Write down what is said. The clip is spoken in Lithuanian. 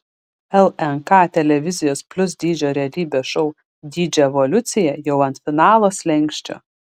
lnk televizijos plius dydžio realybės šou dydžio evoliucija jau ant finalo slenksčio